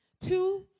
Two